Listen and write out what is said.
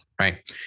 Right